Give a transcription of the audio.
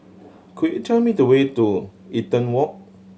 could you tell me the way to Eaton Walk